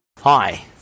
Hi